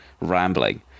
rambling